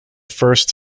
first